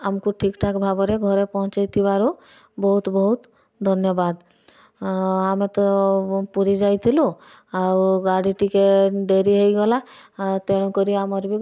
ଆମକୁ ଠିକ୍ ଠାକ୍ ଭାବରେ ଘରେ ପହଞ୍ଚାଇ ଥିବାରୁ ବହୁତ ବହୁତ ଧନ୍ୟବାଦ ଆମେ ତ ପୁରୀ ଯାଇଥିଲୁ ଆଉ ଗାଡ଼ି ଟିକେ ଡେରି ହେଇଗଲା ତେଣୁକରି ଆମର ବି